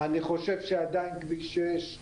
אני חושב שעדיין כביש 6,